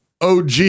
og